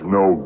no